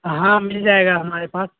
ہاں مل جائے گا ہمارے پاس